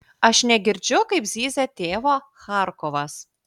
aš negirdžiu kaip zyzia tėvo charkovas